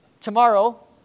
tomorrow